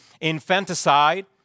infanticide